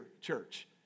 church